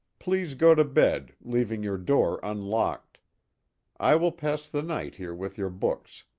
please go to bed, leaving your door unlocked i will pass the night here with your books.